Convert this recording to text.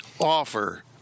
offer